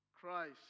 Christ